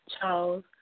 Charles